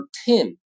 ten